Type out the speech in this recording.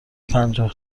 پنجاه